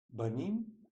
venim